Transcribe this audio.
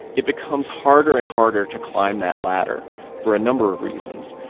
it becomes harder and harder to climb that ladder for a number of reasons.